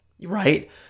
right